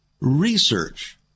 research